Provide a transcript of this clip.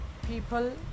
people